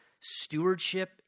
stewardship